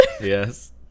Yes